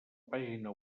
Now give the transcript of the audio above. pàgina